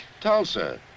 Tulsa